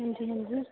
अंजी जी